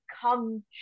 Come